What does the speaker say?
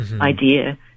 idea